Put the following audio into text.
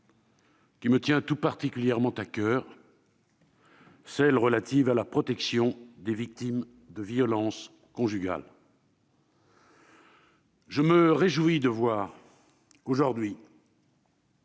qui me tient tout particulièrement à coeur : celle qui vise à protéger les victimes de violences conjugales. Je me réjouis de voir aujourd'hui